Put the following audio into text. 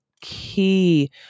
key